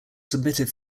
submitted